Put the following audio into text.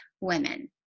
women